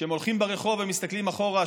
כשהם הולכים ברחוב ומסתכלים אחורה,